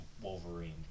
Wolverine